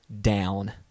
down